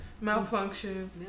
Malfunction